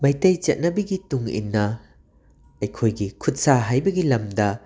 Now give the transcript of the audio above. ꯃꯩꯇꯩ ꯆꯠꯅꯕꯤꯒꯤ ꯇꯨꯡ ꯏꯟꯅ ꯑꯩꯈꯣꯏꯒꯤ ꯈꯨꯠ ꯁꯥ ꯍꯩꯕꯒꯤ ꯂꯝꯗ